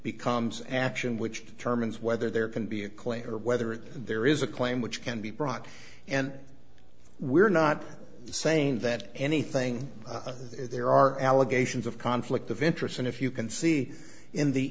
becomes action which determines whether there can be a claim or whether there is a claim which can be brought and we're not saying that anything there are allegations of conflict of interest and if you can see in the